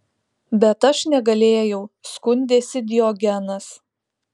bet aš negalėjau skundėsi diogenas